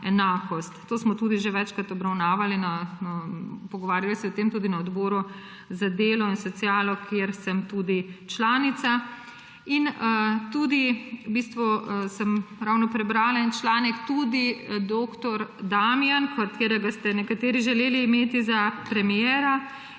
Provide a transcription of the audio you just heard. To smo tudi že večkrat obravnavali in se pogovarjali o tem tudi na odboru za delo in socialo, kjer sem tudi članica. Tudi sem ravno prebrala en članek, tudi dr. Damijan, katerega ste nekateri želeli imeti za premiera,